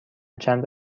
چند